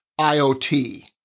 IoT